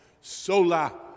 Sola